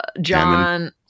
John